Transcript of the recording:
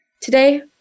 Today